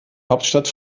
hauptstadt